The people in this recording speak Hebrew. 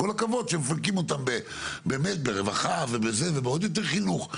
כל הכבוד שמפנקים אותם ברווחה ובעוד יותר חינוך,